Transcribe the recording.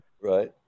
Right